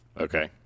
Okay